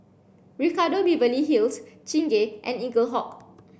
Ricardo Beverly Hills Chingay and Eaglehawk